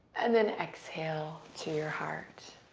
and then exhale to your heart.